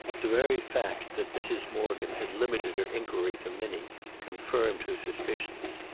the very fact that mrs. morgan had limited her inquiry to minnie confirmed her suspicions.